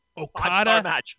Okada